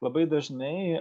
labai dažnai